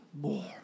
more